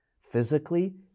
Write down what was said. physically